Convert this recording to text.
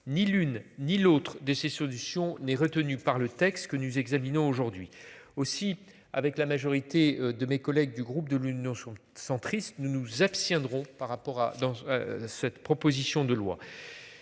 Ni l'une ni l'autre de ces solutions n'est retenu par le texte que nous examinons aujourd'hui aussi avec la majorité de mes collègues du groupe de l'Union sont centriste, nous nous abstiendrons par rapport à dans. Cette proposition de loi.